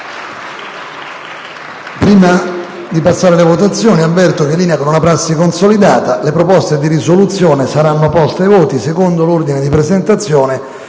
Prima di passare alle votazioni, avverto che, in linea con una prassi consolidata, le proposte di risoluzione saranno poste ai voti secondo l'ordine di presentazione